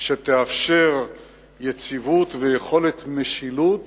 שתאפשר יציבות ויכולת משילות